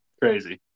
Crazy